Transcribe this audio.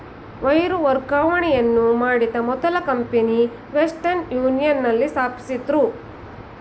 wire ವರ್ಗಾವಣೆಯನ್ನು ಮಾಡಿದ ಮೊದಲ ಕಂಪನಿ ವೆಸ್ಟರ್ನ್ ಯೂನಿಯನ್ ನಲ್ಲಿ ಸ್ಥಾಪಿಸಿದ್ದ್ರು